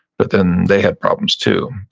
but then they had problems too.